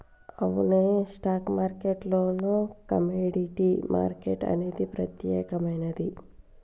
అవునే stock market లోనే commodity market అనేది ప్రత్యేకమైనది